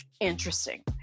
Interesting